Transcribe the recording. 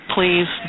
Please